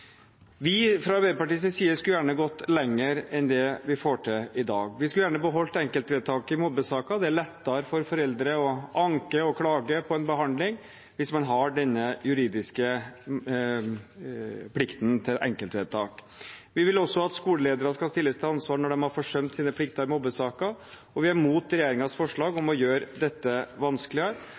side skulle vi gjerne gått lenger enn det vi får til i dag. Vi skulle gjerne beholdt enkeltvedtaket i mobbesaker. Det er lettere for foreldre å anke og klage på en behandling hvis man har denne juridiske plikten til enkeltvedtak. Vi vil også at skoleledere skal stilles til ansvar når de har forsømt sine plikter i mobbesaker, og vi er imot regjeringens forslag om å gjøre dette vanskeligere.